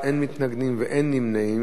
אין מתנגדים ואין נמנעים.